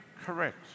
correct